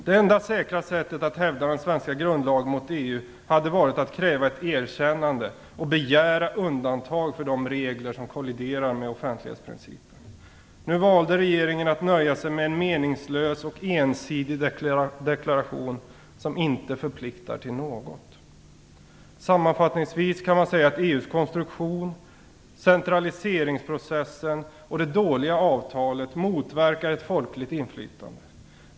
Det enda säkra sättet att hävda den svenska grundlagen mot EU hade varit att kräva ett erkännande och begära undantag för de regler som kolliderar med offentlighetsprincipen. Nu valde regeringen att nöja sig med en meningslös och ensidig deklaration som inte förpliktar till något. Sammanfattningsvis kan man säga att EU:s konstruktion, centraliseringsprocessen och det dåliga avtalet motverkar ett folkligt inflytande.